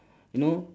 you know